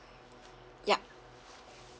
yup